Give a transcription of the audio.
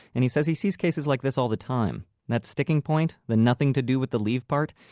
and he says he sees cases like this all the time. that sticking point, the nothing to do with the leave part,